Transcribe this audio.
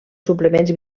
suplements